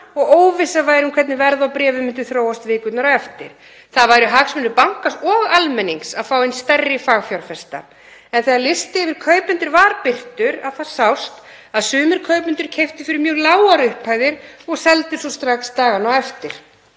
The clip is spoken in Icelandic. og óvissa væri um hvernig verð á bréfum myndi þróast vikurnar á eftir. Það væru hagsmunir bankans og almennings að fá inn stærri fagfjárfesta. En þegar listi yfir kaupendur var birtur sást að sumir kaupendur keyptu fyrir mjög lágar upphæðir og seldu svo strax dagana á eftir.